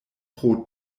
pro